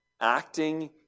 acting